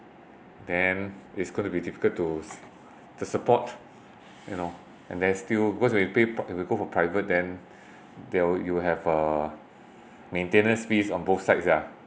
then it's going to be difficult to to support you know and then still because when you pay if you go for private then they'll you'll have uh maintenance fees on both sides ya